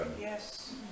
Yes